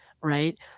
right